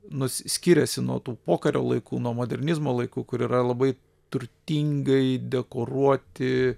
nu skiriasi nuo tų pokario laikų nuo modernizmo laikų kur yra labai turtingai dekoruoti